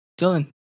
Dylan